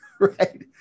right